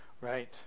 Right